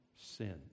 sin